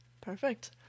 perfect